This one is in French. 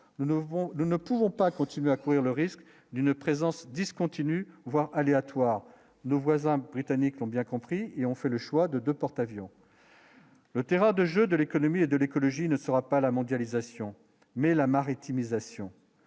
nous ne pouvons pas continuer à courir le risque d'une présence discontinu, voire aléatoire, nos voisins britanniques l'ont bien compris et ont fait le choix de 2 porte-avions. Le terrain de jeu de l'économie et de l'écologie ne sera pas la mondialisation, mais la maritime mise